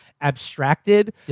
abstracted